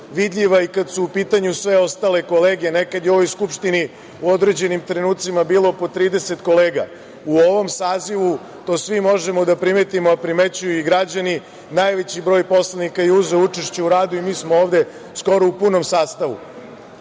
vidljiva i kad su u pitanju sve ostale kolege. Nekad je u ovoj Skupštini u određenim trenucima bilo po 30 kolega. U ovom sazivu to svi možemo da primetimo, a primećuju i građani, najveći broj poslanika je uzeo učešće u radu i mi smo ovde skoro u punom sastavu. Zato